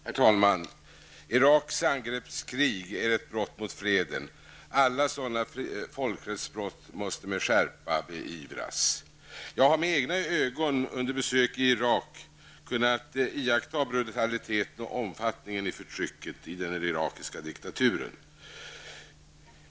Herr talman! Iraks angreppskrig är ett brott mot freden. Alla sådana folkrättsbrott måste med skärpa beivras. Jag har med egna ögon under besök i Irak kunnat iaktta brutaliteten och omfattningen i förtrycket i den irakiska diktaturen.